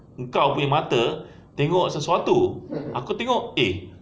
engkau punya mata tengok sesuatu aku tengok eh